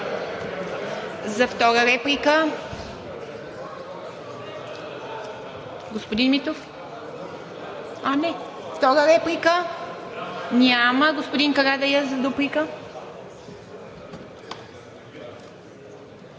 За втора реплика? Господин Митов? А, не. Втора реплика? Няма. Господин Карадайъ, за дуплика.